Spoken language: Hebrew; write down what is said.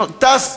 טס,